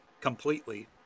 completely